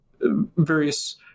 various